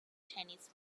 tennis